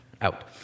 out